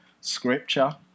scripture